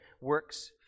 works